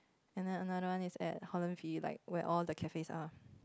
and then another one is at Holland-V like where all the cafe up